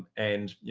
and you